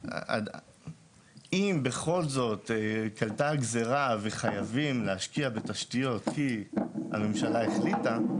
אם בכל זאת קלטה הגזירה וחייבים להשקיע בתשתיות כי הממשלה החליטה,